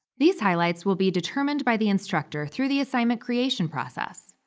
these highlights will be determined by the instructor through the assignment creation process.